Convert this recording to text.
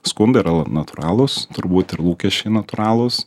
skundai yra natūralūs turbūt ir lūkesčiai natūralūs